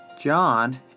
John